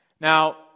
Now